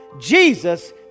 Jesus